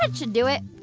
ah should do it.